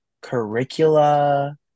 curricula